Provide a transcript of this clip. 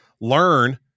learn